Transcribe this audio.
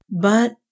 But